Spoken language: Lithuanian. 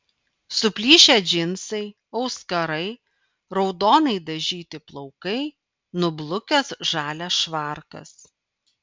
suplyšę džinsai auskarai raudonai dažyti plaukai nublukęs žalias švarkas